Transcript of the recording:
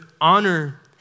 honor